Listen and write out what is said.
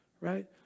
right